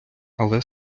але